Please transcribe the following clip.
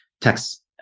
text